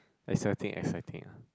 exciting exciting ah